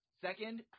Second